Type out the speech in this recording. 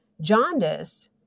Jaundice